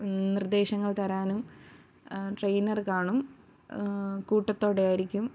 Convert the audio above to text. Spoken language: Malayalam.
നിർദ്ദേശങ്ങൾ തരാനും ട്രെയ്നർ കാണും കൂട്ടത്തോടെ ആയിരിക്കും